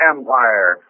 Empire